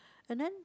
and then